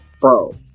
bro